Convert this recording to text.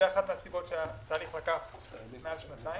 זו אחת הסיבות שהתהליך לקח יותר משנתיים.